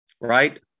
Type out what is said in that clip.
Right